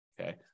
Okay